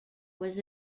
was